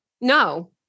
No